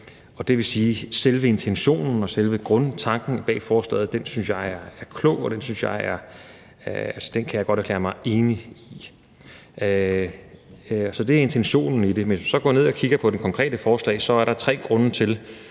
at jeg synes, at selve intentionen og grundtanken bag forslaget er klog, og den kan jeg godt erklære mig enig i. Så det vil jeg sige om intentionen i det, men hvis vi så går ned og kigger på det konkrete forslag, er der overordnet tre grunde til,